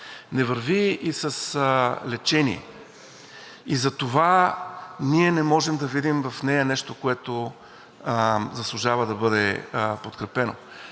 Не върви и с лечение и затова ние не можем да видим в нея нещо, което заслужава да бъде подкрепено.